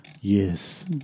Yes